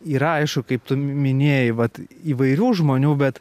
yra aišku kaip tu minėjai vat įvairių žmonių bet